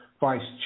vice